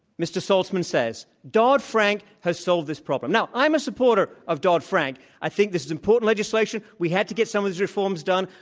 mr. saltzman says, dodd-frank has solved this problem. now, i'm a supporter of dodd-frank. i think this is important legislation. we had to get some of those reforms done.